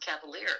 cavalier